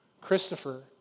Christopher